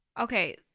okay